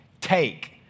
take